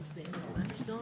הדיון.